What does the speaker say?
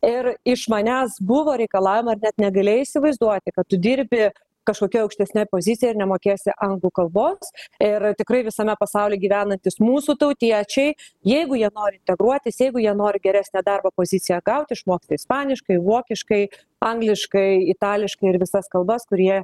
ir iš manęs buvo reikalaujama net negalėjai įsivaizduoti kad tu dirbi kažkokioj aukštesnėj pozicijoj ir nemokėsi anglų kalbos ir tikrai visame pasaulyje gyvenantys mūsų tautiečiai jeigu jie nori integruotis jeigu jie nori geresnę darbo poziciją gauti išmoksta ispaniškai vokiškai angliškai itališkai ir visas kalbas kur jie